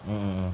mm mm mm